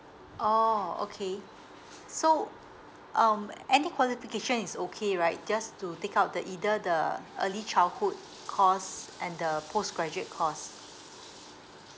oh okay so um any qualification is okay right just to take up the either the early childhood course and the post graduate course